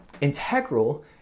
integral